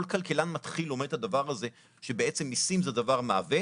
כל כלכלן מתחיל לומד את הדבר הזה שבעצם מיסים זה דבר מעוות,